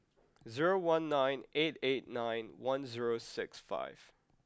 zero one nine eight eight nine one zero six five